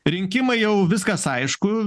rinkimai jau viskas aišku